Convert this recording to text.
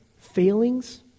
failings